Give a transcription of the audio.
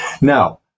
Now